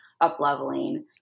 up-leveling